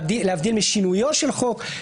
להבדיל משינויו של חוק.